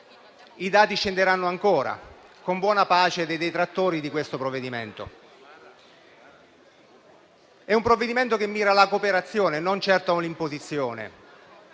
i dati scenderanno ancora, con buona pace dei detrattori del Protocollo in esame. È un provvedimento che mira alla cooperazione, non certo a un'imposizione,